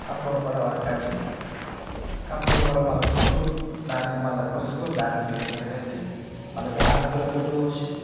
compound గోడ వరకు వచ్చి కాంపౌండ్ గోడ మళ్ళా చుట్టు దానికి మళ్ళా కొలుచుకొని దానికి బేస్మెంట్ కట్టి మళ్ళా దానికి కూడా బెడ్డు పోసి